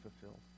fulfilled